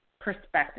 perspective